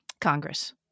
congress